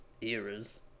eras